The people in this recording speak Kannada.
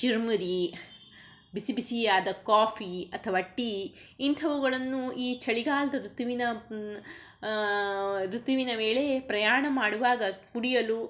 ಚುರುಮುರಿ ಬಿಸಿ ಬಿಸಿಯಾದ ಕಾಫಿ ಅಥವಾ ಟೀ ಇಂಥವುಗಳನ್ನು ಈ ಚಳಿಗಾಲದ ಋತುವಿನ ಋತುವಿನ ವೇಳೆಯೇ ಪ್ರಯಾಣ ಮಾಡುವಾಗ ಕುಡಿಯಲು